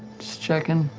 just checking.